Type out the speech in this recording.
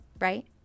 right